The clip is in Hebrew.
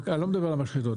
אני לא מדבר על משחטות,